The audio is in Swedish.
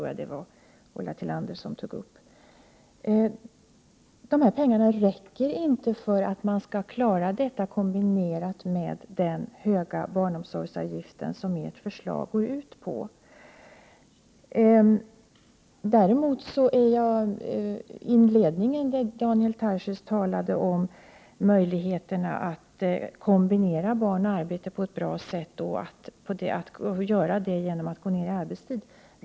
Jag måste säga tyvärr: dessa pengar räcker inte för att klara detta, kombinerat med den höga barnomsorgsavgift som ert förslag går ut på. Daniel Tarschys talade i sin inledning om möjligheterna för föräldrar att kombinera barn och arbete på ett bra sätt, genom att gå ner i arbetstid.